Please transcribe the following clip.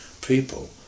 people